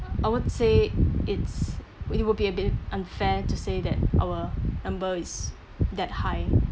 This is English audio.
I would say it's we will be a bit unfair to say that our number is that high